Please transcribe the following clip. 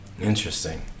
interesting